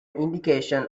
indication